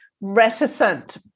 reticent